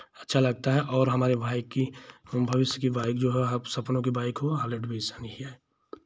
अच्छा लगता है और हमारे भाई की भविष्य की बाइक जो है सपनों की बाइक हुआ हलोडेविसन ही है